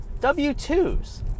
W-2s